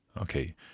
Okay